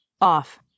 off